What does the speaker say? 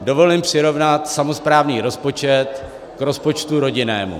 Dovolím si přirovnat samosprávný rozpočet k rozpočtu rodinnému.